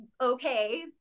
okay